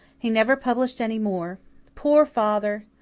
he never published any more poor father!